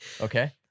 Okay